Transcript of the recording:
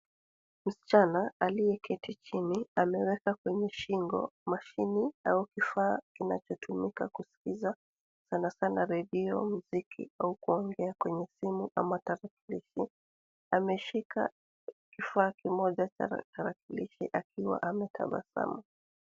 Msichana aliyeketi chini ameweka kwenye shingoni mashini au kifaa kinachotumika kusikiza sana sana redio, muziki au kuongea kwenye simu ama tarakilishi. Ameshika kifaa kimoja cha tarakilishi akiwa ametabasamu.